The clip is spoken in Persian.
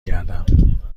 گردم